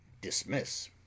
dismiss